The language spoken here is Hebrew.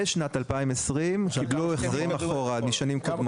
בשנת 2020 הם קיבלו החזרים אחורה משנים קודמות.